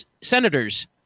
Senators